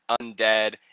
undead